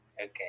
Okay